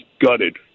gutted